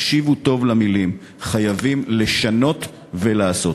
הקשיבו טוב למילים: חייבים לשנות ולעשות.